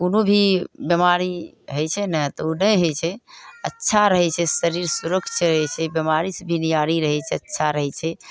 कोनो भी बीमारी हइ छै ने तऽ उ नहि होइ छै अच्छा रहय छै शरीर सुरक्ष रहय छै बीमारीसँ भी बिहारी रहय छै अच्छा रहय छै